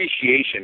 appreciation